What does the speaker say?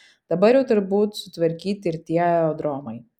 dabar jau turbūt sutvarkyti ir tie aerodromai